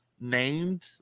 named